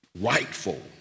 rightful